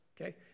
Okay